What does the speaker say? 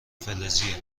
فلزیه